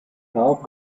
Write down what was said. half